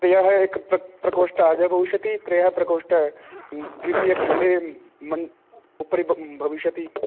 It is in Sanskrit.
यः एकः प्रकोष्टः अधः भविष्यति त्रयः प्रकोष्टाः द्वितीयखण्डे उपरि भविष्यति